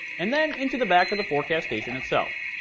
and then into the back of the forecast station itself.